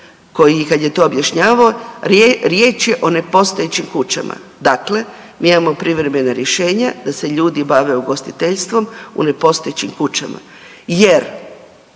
koji kad je to objašnjavao riječ je o nepostojećim kućama. Dakle, mi imamo privremena rješenja da se ljudi bave ugostiteljstvom u nepostojećim kućama jer